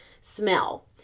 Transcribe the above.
smell